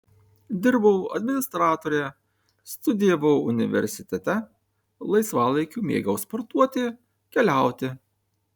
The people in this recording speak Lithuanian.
dirbau administratore studijavau universitete laisvalaikiu mėgau sportuoti keliauti